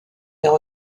aient